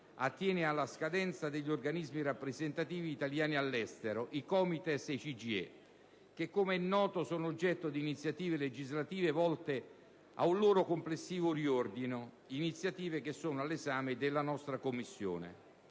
attiene alla scadenza degli organismi rappresentativi italiani all'estero - i COMITES e i CGIE - che, come noto, sono oggetto di iniziative legislative volte ad un loro complessivo progressivo riordino (iniziative all'esame della nostra Commissione).